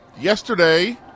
Yesterday